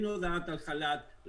אין הודעה על חל"ת,